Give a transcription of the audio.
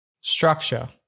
Structure